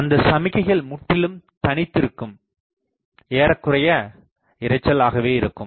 அந்த சமிக்கைகள் முற்றிலும் தனித்து இருக்கும் ஏறக்குறைய இரைச்சல் ஆகவே இருக்கும்